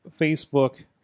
facebook